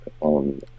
on